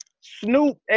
Snoop